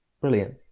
brilliant